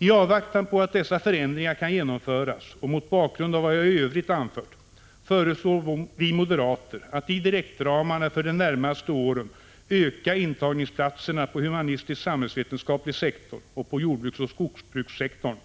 I avvaktan på att dessa förändringar kan genomföras och mot bakgrund av vad jag i övrigt anfört föreslår vi moderater att i direktramarna för de närmaste åren öka intagningsplatserna på humanistisksamhällsvetenskaplig sektor och på jordbruksoch skogsbrukssektorn